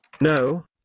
No